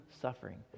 suffering